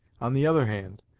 on the other hand,